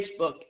Facebook